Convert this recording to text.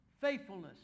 faithfulness